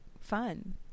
Fun